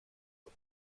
und